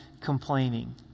complaining